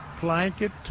blanket